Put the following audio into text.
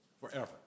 forever